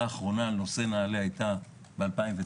האחרונה על נושא נעל"ה הייתה ב-2009.